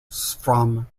from